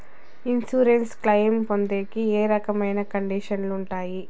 Insurance claim పొందేకి ఏ రకమైన కండిషన్లు ఉంటాయి?